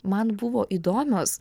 man buvo įdomios